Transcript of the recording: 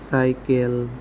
cycle